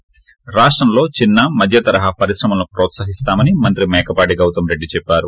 ి రాష్టంలో చిన్న మధ్యతరహా పరిశ్రమలను హ్రోత్సాహిస్తామని మంత్రి మేకపాటి గౌతమ్ రెడ్డి చెవ్చారు